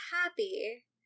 happy